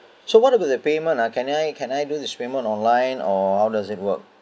so what about the payment ah can I can I do this payment online or how does it work